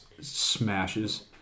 smashes